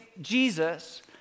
Jesus